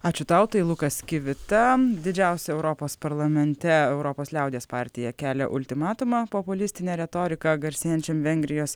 ačiū tau tai lukas kivita didžiausia europos parlamente europos liaudies partija kelia ultimatumą populistine retorika garsėjančiam vengrijos